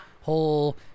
whole